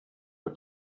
but